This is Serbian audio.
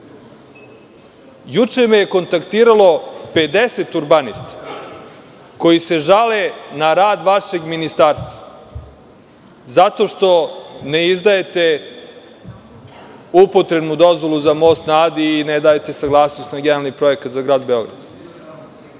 me je kontaktiralo 50 urbanista koji se žale na rad vašeg ministarstva zato što ne izdajete upotrebnu dozvolu za Most na Adi i ne dajete saglasnost na generalni plan za grad Beograd.